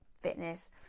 fitness